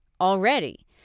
already